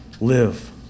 Live